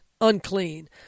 unclean